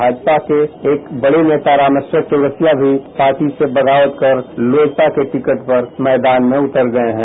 भाजपा के एक बड़े नेता रामेश्वर चौरसिया मी पार्टी से बगावत कर लोजपा के टिकट पर मैदान में उतर गए हैं